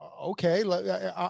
okay